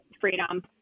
freedom